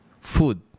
food